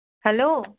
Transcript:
hello